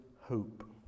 hope